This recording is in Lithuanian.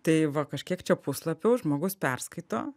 tai va kažkiek čia puslapių žmogus perskaito